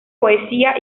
poesía